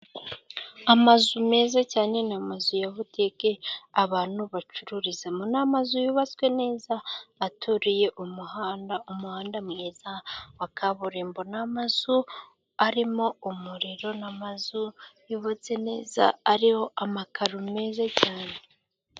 Amazu meza cyane, n'amazu ya butike abantu bacururizamo, n'amazu yubatswe neza aturiye umuhanda, umuhanda mwiza wa kaburimbo, n'amazu arimo umuriro, n'amazu yubatse neza, ariho amakaro meza cyane.